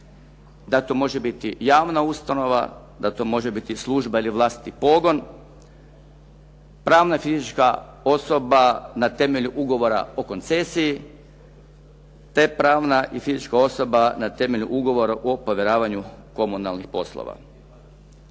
da to može biti javna ustanova, da to može biti služba ili vlastiti pogon, pravna i fizička osoba na temelju ugovora o koncesiji te pravna i fizička osoba na temelju ugovora o povjeravanju komunalnih poslova.